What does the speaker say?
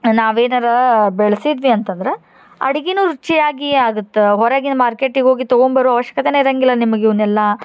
ನಾವು ಏನಾರೂ ಬೆಳೆಸಿದ್ವಿ ಅಂತಂದ್ರೆ ಅಡ್ಗೆನು ರುಚಿ ಆಗಿ ಆಗತ್ತೆ ಹೊರಗಿನ ಮಾರ್ಕೆಟಿಗೆ ಹೋಗಿ ತೊಗೊಂಡ್ಬರೊ ಆವಶ್ಕತೆನೇ ಇರಂಗಿಲ್ಲ ನಿಮ್ಗೆ ಇವನ್ನೆಲ್ಲ